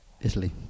Italy